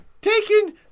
taken